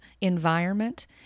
environment